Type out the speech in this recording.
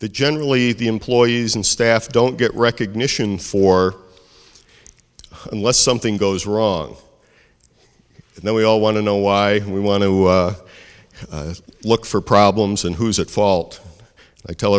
the generally the employees and staff don't get recognition for unless something goes wrong then we all want to know why we want to look for problems and who's at fault i tell